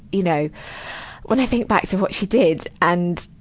you know when i think back to what she did and,